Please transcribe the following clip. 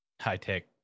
high-tech